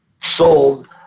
sold